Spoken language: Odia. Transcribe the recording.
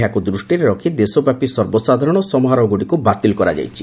ଏହାକୃ ଦୃଷ୍ଟିରେ ରଖି ଦେଶବ୍ୟାପି ସର୍ବସାଧାରଣ ସମାରୋହଗୁଡ଼ିକୁ ବାତିଲ କରାଯାଇଛି